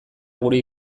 gure